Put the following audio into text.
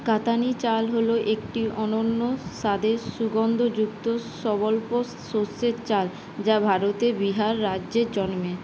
কাতানি চাল হলো একটি অনন্য স্বাদের সুগন্ধযুক্ত শস্যের চাল যা ভারতে বিহার রাজ্যে জন্মে